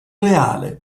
reale